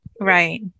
Right